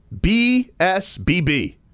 BSBB